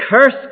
curse